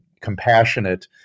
compassionate